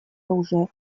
оружия